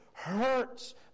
hurts